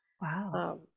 wow